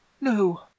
no